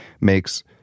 makes